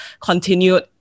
continued